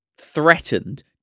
threatened